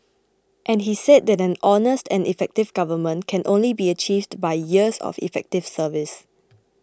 and he said that an honest and effective government can only be achieved by years of effective service